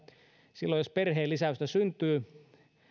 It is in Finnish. silloin jos perheenlisäystä